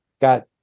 got